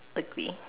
agree